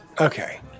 Okay